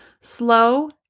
Slow